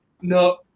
No